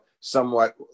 somewhat